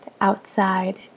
outside